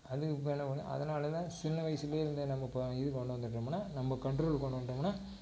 அதுக்கு மேல் போனால் அதனால் தான் சின்ன வயதிலேயே வந்து நம்ம பா இது கொண்டு வந்துட்டோம்னால் நம்ம கண்ட்ரோலுக்கு கொண்டு வந்துட்டோம்னால்